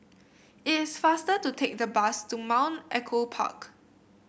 it is faster to take the bus to Mount Echo Park